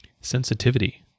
sensitivity